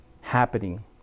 happening